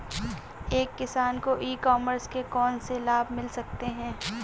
एक किसान को ई कॉमर्स के कौनसे लाभ मिल सकते हैं?